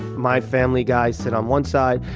my family guys sit on one side.